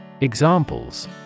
Examples